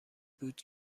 بود